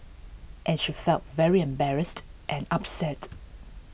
and she felt very embarrassed and upset